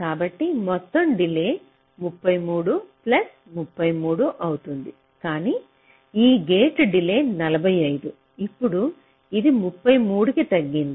కాబట్టి మొత్తం delay 33 plus 33 అవుతుంది కానీ ఈ గేట్ డిలే 45 ఇప్పుడు ఇది 33 కి తగ్గింది